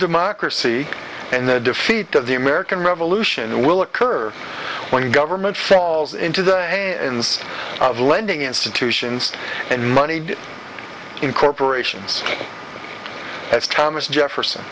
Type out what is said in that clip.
democracy and the defeat of the american revolution will occur when government falls into the ends of lending institutions and money in corporations as thomas jefferson